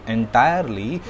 Entirely